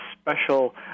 special